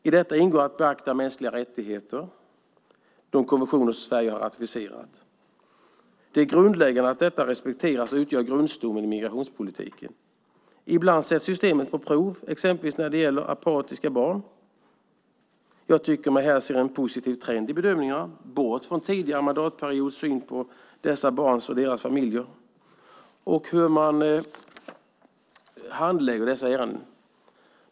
I detta ingår att beakta mänskliga rättigheter - de konventioner som Sverige har ratificerat. Det är grundläggande att de respekteras och utgör grundstommen i migrationspolitiken. Ibland sätts systemet på prov, exempelvis när det gäller apatiska barn. Jag tycker mig här se en positiv trend i bedömningarna, bort från tidigare mandatperiods syn på dessa barn och deras familjer, och i hur man handlägger dessa ärenden.